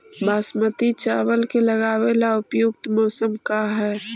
बासमती चावल के लगावे ला उपयुक्त मौसम का है?